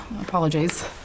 Apologies